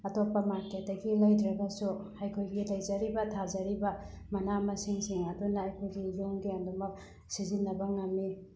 ꯑꯇꯣꯞꯄ ꯃꯥꯔꯀꯦꯠꯇꯒꯤ ꯂꯩꯗ꯭ꯔꯒꯁꯨ ꯑꯩꯈꯣꯏꯒꯤ ꯂꯩꯖꯔꯤꯕ ꯊꯥꯖꯔꯤꯕ ꯃꯅꯥ ꯃꯁꯤꯡꯁꯤꯡ ꯑꯗꯨꯅ ꯑꯩꯈꯣꯏꯒꯤ ꯌꯨꯝꯒꯤ ꯑꯗꯨꯃꯛ ꯁꯤꯖꯤꯟꯅꯕ ꯉꯝꯃꯤ